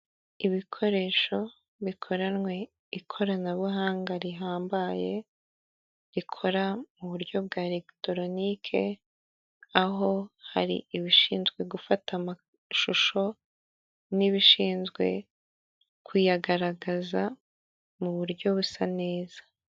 Ibikoresho bikonwe ikoranabuhanga rihambaye rikora mu buryo bwa elegitoronike aho hari ibishinzwe gufata amashusho n'ibishinzwe kuyagaragaza mu buryo busa neza.